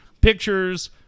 pictures